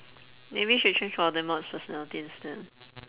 maybe should change voldemort's personality instead